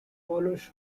follows